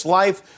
life